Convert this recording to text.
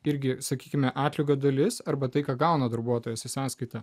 irgi sakykime atlygio dalis arba tai ką gauna darbuotojas į sąskaitą